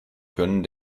können